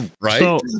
right